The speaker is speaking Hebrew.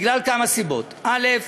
מכמה סיבות: א.